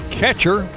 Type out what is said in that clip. catcher